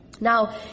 Now